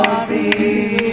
see